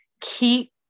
keep